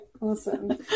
awesome